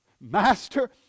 Master